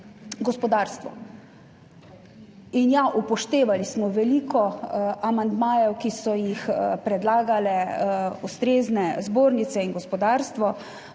gospodarstvu. Upoštevali smo veliko amandmajev, ki so jih predlagale ustrezne zbornice in gospodarstvo,